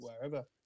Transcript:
wherever